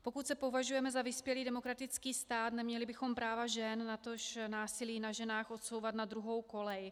Pokud se považujeme za vyspělý demokratický stát, neměli bychom práva žen, natož násilí na ženách odsouvat na druhou kolej.